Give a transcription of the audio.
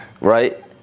Right